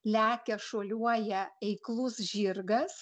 lekia šuoliuoja eiklus žirgas